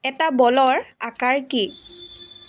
এটা বলৰ আকাৰ কি